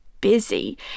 busy